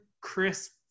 crisp